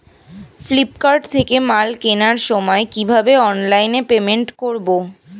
Flipkart থেকে মাল কেনার সময় কিভাবে অনলাইনে পেমেন্ট করব?